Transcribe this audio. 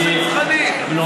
תקבל החלטה אמיצה.